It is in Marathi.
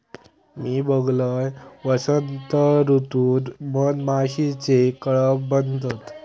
मी बघलंय, वसंत ऋतूत मधमाशीचे कळप बनतत